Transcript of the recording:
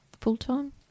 full-time